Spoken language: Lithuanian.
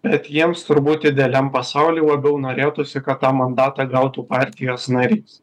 bet jiems turbūt idealiam pasauliui labiau norėtųsi kad tą mandatą gautų partijos narys